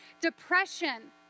depression